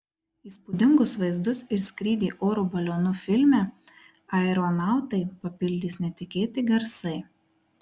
įspūdingus vaizdus ir skrydį oro balionu filme aeronautai papildys netikėti garsai